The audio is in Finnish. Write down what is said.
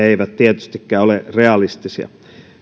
eivät tietystikään ole realistisia